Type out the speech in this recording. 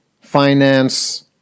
finance